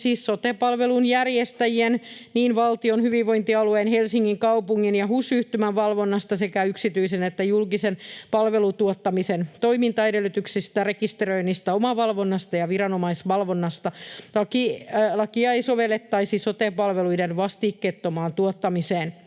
sote-palvelujen järjestäjien eli valtion, hyvinvointialueen, Helsingin kaupungin ja HUS-yhtymän valvonnasta sekä yksityisten että julkisten palveluntuottamisen toimintaedellytyksistä, rekisteröinnistä, omavalvonnasta ja viranomaisvalvonnasta. Lakia ei sovellettaisi sote-palveluiden vastikkeettomaan tuottamiseen.